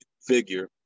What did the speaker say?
figure